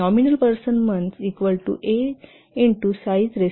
Nominal person months A